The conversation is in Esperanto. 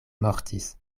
mortis